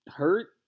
hurt